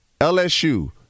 LSU